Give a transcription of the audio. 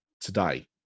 today